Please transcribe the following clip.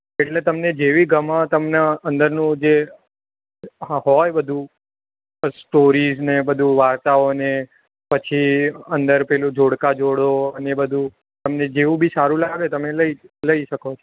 એટલે તમને જેવી ગમે તમને અંદરનું જે હોય બધું સ્ટોરીસને બધું વાર્તાઓ ને પછી અંદર પેલું જોડકા જોડો અને એ બધું તમને જેવું બી સારું લાગે તમે લઈ લઈ શકો